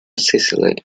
sicily